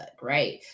right